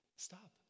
Stop